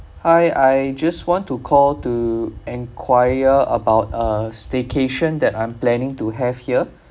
hi I just want to call to enquire about a staycation that I'm planning to have here